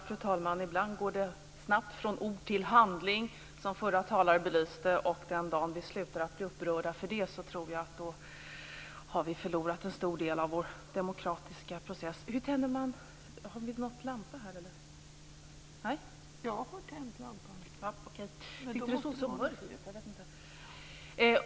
Fru talman! Ibland går det snabbt från ord till handling, vilket den förra talaren belyste. Den dagen vi slutar att bli upprörda över det tror jag att vi har förlorat en stor del av vår demokratiska process.